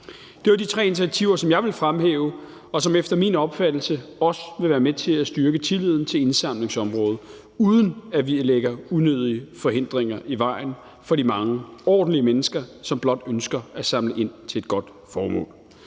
Det var de tre initiativer, som jeg vil fremhæve, og som efter min opfattelse også vil være med til at styrke tilliden til indsamlingsområdet, uden at vi lægger unødige forhindringer i vejen for de mange ordentlige mennesker, som blot ønsker at samle ind til et godt formål.